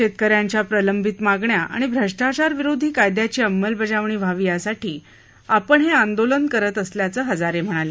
शेतकऱ्यांच्या प्रलंबित मागण्या आणि भ्रष्टाचारविरोधी कायदयाची अंमलबजावणी व्हावी यासाठी आपण हे आंदोलन करत असल्याचं हजारे म्हणाले